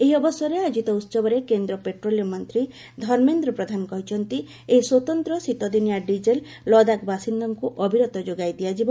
ଏହି ଅବସରରେ ଆୟୋଜିତ ଉତ୍ସବରେ କେନ୍ଦ୍ର ପେଟ୍ରୋଲିୟମ ମନ୍ତ୍ରୀ ଧର୍ମେନ୍ଦ୍ର ପ୍ରଧାନ କହିଛନ୍ତି ଏହି ସ୍ୱତନ୍ତ ଶୀତିଦିନିଆ ଡିଜେଲ ଲଦାଖ ବାସିନ୍ଦାଙ୍କ ଅବିରତ ଯୋଗାଇ ଦିଆଯିବ